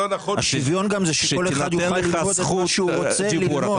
השוויון זה גם שכל אחד יוכל ללמוד מה שהוא רוצה ללמוד.